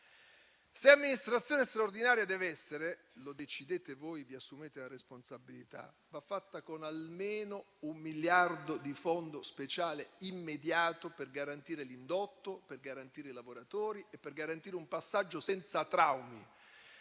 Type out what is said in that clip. Se amministrazione straordinaria deve essere, lo decidete voi e ve ne assumete la responsabilità: l'amministrazione straordinaria va fatta con almeno un miliardo di fondo speciale immediato per garantire l'indotto, per garantire i lavoratori e per garantire un passaggio senza traumi.